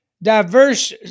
Diverse